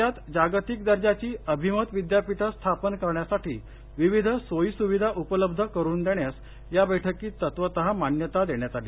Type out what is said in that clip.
राज्यात जागतिक दर्जाची अभिमत विद्यापीठं स्थापन करण्यासाठी विविध सोयी सुविधा उपलब्ध करुन देण्यास बैठकीत तत्त्वत मान्यता देण्यात आली